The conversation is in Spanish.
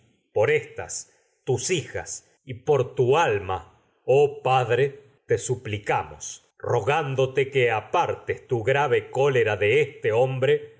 por estas tus hijas y por tu alma oh padre te suplicamos rogándote que za a apartes tu grave cólera de este hombre